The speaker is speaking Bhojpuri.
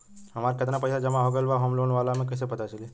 हमार केतना पईसा जमा हो गएल बा होम लोन वाला मे कइसे पता चली?